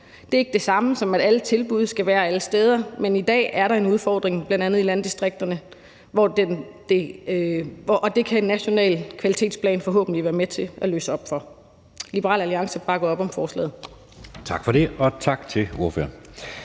Det er ikke det samme, som at alle tilbud skal være alle steder, men i dag er der er en udfordring, bl.a. i landdistrikterne, og det kan en national kvalitetsplan forhåbentlig være med til at løse op for. Liberal Alliance bakker op om forslaget. Kl. 11:11 Anden næstformand